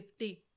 50